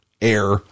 air